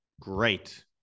Great